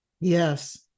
Yes